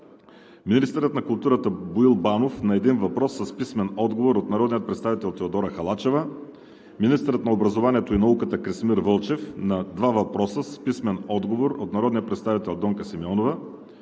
министърът на културата Боил Банов на един въпрос с писмен отговор от народния представител Теодора Халачева; - министърът на образованието и науката Красимир Вълчев на два въпроса с писмен отговор от народния представител Донка Симеонова;